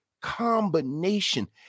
combination